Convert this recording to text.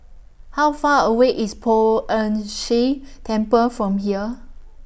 How Far away IS Poh Ern Shih Temple from here